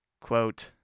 quote